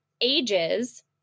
ages